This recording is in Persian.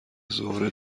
ظهر